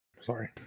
Sorry